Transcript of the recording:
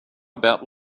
about